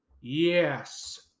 Yes